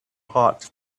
hot